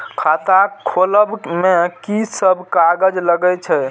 खाता खोलब में की सब कागज लगे छै?